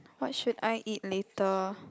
what should I eat later